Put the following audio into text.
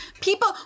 people